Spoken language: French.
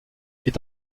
est